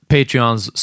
Patreons